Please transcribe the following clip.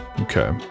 Okay